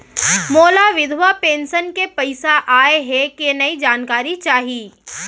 मोला विधवा पेंशन के पइसा आय हे कि नई जानकारी चाही?